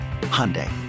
Hyundai